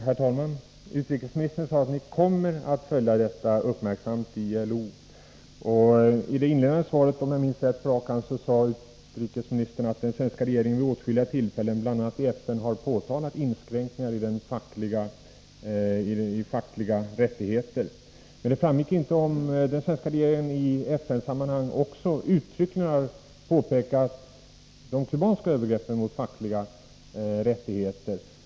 Herr talman! Utrikesministern sade att regeringen kommer att uppmärksamt följa vad som sker i ILO. I det inledande svaret, om jag minns rätt på rak arm, sade utrikesministern att den svenska regeringen vid åtskilliga tillfällen, bl.a. i FN, har påtalat inskränkningar i fackliga rättigheter. Men det framgick inte om den svenska regeringen i FN-sammanhang också uttryckligen har påpekat de kubanska övergreppen mot fackliga rättigheter.